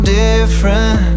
different